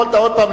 התש"ע 2010,